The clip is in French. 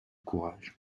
courage